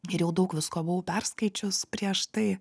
ir jau daug visko buvau perskaičiuos prieš tai